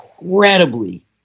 incredibly